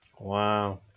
Wow